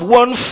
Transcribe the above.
one